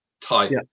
type